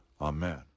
Amen